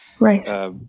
Right